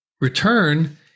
return